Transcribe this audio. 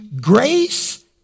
grace